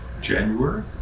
January